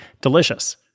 delicious